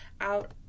out